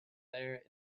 there